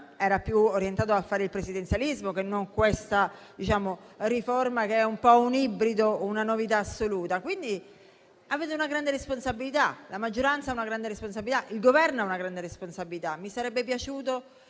era più orientato a fare il presidenzialismo che non questa riforma, che è un po' un ibrido, una novità assoluta. Avete quindi una grande responsabilità: la maggioranza ha una grande responsabilità; il Governo ha una grande responsabilità.